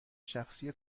شخصی